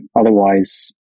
Otherwise